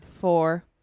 Four